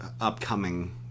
upcoming